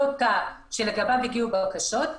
אותו תא שאליו הגיעו בקשות,